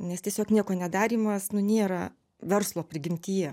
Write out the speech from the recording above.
nes tiesiog nieko nedarymas nu nėra verslo prigimtyje